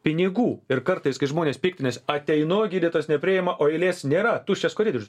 pinigų ir kartais kai žmonės piktinasi ateinu gydytojas nepriima o eilės nėra tuščias koridorius